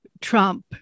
Trump